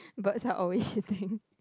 birds are always shooting